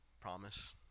promise